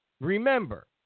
remember